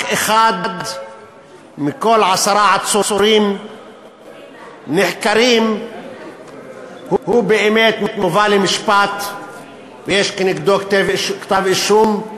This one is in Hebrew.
רק אחד מכל עשרה עצורים נחקרים באמת מובא למשפט ויש כנגדו כתב אישום,